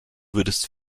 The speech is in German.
würdest